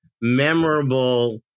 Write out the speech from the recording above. memorable